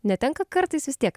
netenka kartais vis tiek